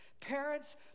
Parents